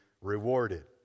rewarded